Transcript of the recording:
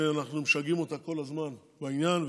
שאנחנו משגעים אותה כל הזמן בעניין,